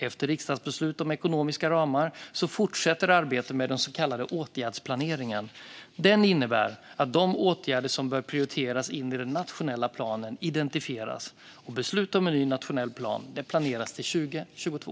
Efter riksdagsbeslut om ekonomiska ramar fortsätter arbetet med den så kallade åtgärdsplaneringen. Den innebär att de åtgärder som bör prioriteras in i den nationella planen identifieras. Beslut om en ny nationell plan planeras till 2022.